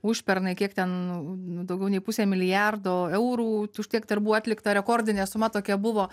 užpernai kiek ten daugiau nei pusė milijardo eurų už tiek darbų atlikta rekordinė suma tokia buvo